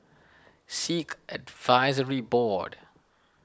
Sikh Advisory Board